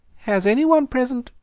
has anyone present,